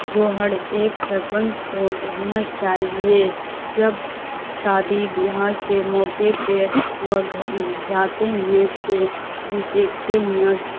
جو ہر ایک سرپنچ کو کرنا چاہیے جب شادی بیاہ کے موقعے پہ وہ جاتے ہیں تو جسے کے یہاں